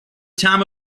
time